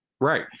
Right